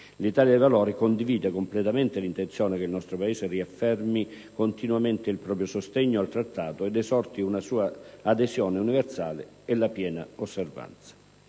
l'Italia dei Valori condivide completamente l'intenzione che il nostro Paese riaffermi continuamente il proprio sostegno al Trattato e ne esorti una sua adesione universale e la piena osservanza.